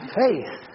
faith